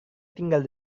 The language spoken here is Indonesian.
tinggal